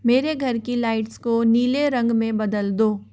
मेरे घर की लाइट्स को नीले रंग में बदल दो